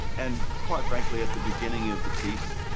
and quite frankly at the beginning of the piece,